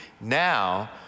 now